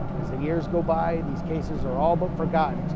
as the years go by these cases are all but forgotten,